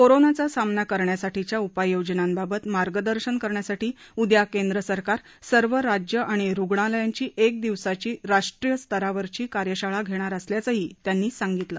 कोरोनाचा सामना करण्यासाठीच्या उपाययोजनांबाबत मार्गदर्शन करण्यासाठी उद्या केंद्र सरकार सर्व राज्य आणि रुग्णालयांची एक दिवसाची राष्ट्रीय स्तरावरची कार्यशाळा घेणार असल्याचंही त्यांनी सांगितलं